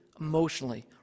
emotionally